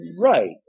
Right